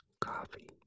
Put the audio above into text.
coffee